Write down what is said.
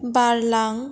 बारलां